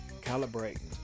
calibrating